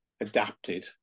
adapted